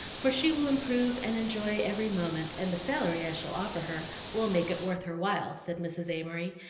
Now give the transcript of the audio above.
for she will improve and enjoy every moment, and the salary i shall offer her will make it worth her while, said mrs. amory,